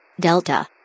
Delta